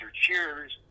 cheers